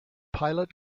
pilot